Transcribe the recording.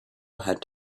had